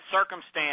circumstance